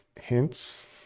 hints